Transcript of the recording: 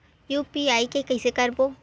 UPI के कइसे करबो?